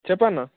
చెప్పన్న